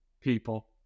people